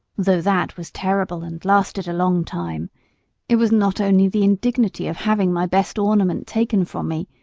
though that was terrible and lasted a long time it was not only the indignity of having my best ornament taken from me,